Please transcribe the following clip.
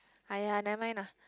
uh ya never mind ah